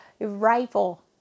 rifle